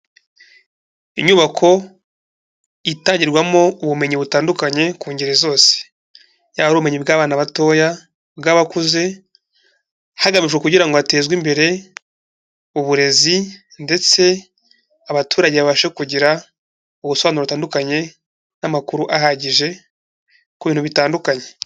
Inyubako itangirwamo ubumenyi butandukanye ku ngeri zose, yaba ari ubumenyi bw'abana batoya, ubw'abakuze hagamijwe kugira ngo hatezwe imbere uburezi ndetse abaturage babashe kugira ubusobanuro butandukanye n'amakuru ahagije ku bintu bitandukanye.